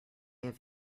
have